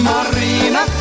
Marina